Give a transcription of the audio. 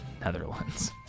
Netherlands